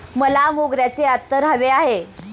मला मोगऱ्याचे अत्तर हवे आहे